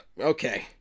okay